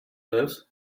lives